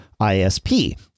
ISP